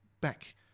back